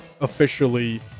officially